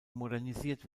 modernisiert